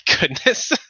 goodness